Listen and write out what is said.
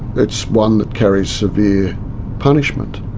it's one that carries severe punishment,